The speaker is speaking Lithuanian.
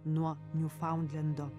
nuo niufaundlendo